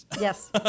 Yes